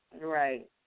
Right